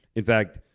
in fact,